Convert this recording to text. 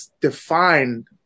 defined